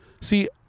See